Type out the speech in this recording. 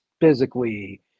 physically